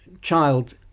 child